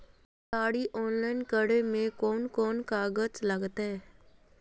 गाड़ी ऑनलाइन करे में कौन कौन कागज लगते?